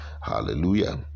hallelujah